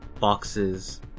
boxes